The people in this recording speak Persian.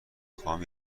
خواهم